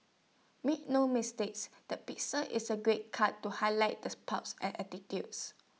make no mistake the pixie is A great cut to highlight the spunk's and attitudes